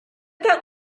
that